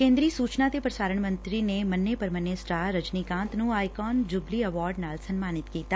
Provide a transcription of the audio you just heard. ਕੇਂਦਰੀ ਸੂਚਨਾ ਤੇ ਪ੍ਸਾਰਣ ਮੰਤਰੀ ਨੇ ਮੰਨੇ ਪ੍ਮੰਨੇ ਸਟਾਰ ਰਜਨੀਕਾਂਤ ਨੂੰ ਆਇਕਾਨ ਜੁਬਲੀ ਐਵਾਰਡ ਨਾਲ ਸਨਮਾਨਿਤ ਕੀਤਾ